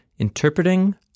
Interpreting